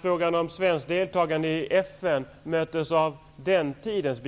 Frågan om svenskt deltagande i FN möttes av den tidens